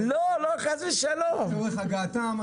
שאחרי ההתייחסות של חברי הכנסת תהיה הקראה.